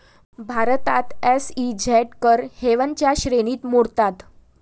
भारतात एस.ई.झेड कर हेवनच्या श्रेणीत मोडतात